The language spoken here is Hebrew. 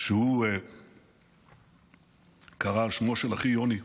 שהוא קרא על שמו של אחי יוני,